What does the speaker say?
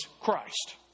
christ